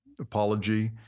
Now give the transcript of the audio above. apology